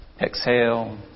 Exhale